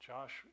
Josh